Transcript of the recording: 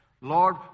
Lord